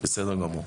בסדר גמור.